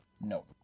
No